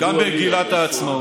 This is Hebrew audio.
גם במגילת העצמאות,